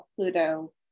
pluto